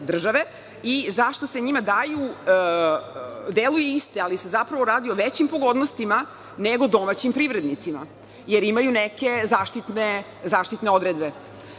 i zašto se njima daju, deluje isto, ali se zapravo radi o većim pogodnostima, nego domaćim privrednicima, jer imaju neke zaštitne odredbe.